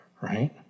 Right